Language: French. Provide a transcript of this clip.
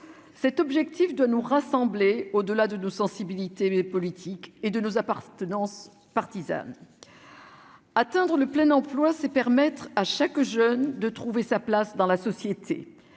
cet objectif de nous rassembler au-delà de nos sensibilités politiques et de nos appartenances partisanes. Atteindre le plein emploi, c'est permettre à chaque jeune de trouver sa place dans la société,